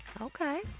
Okay